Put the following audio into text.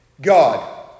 God